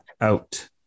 out